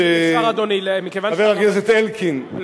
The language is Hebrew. חבר הכנסת אלקין,